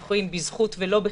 בזכות ולא בחסד.